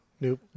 Nope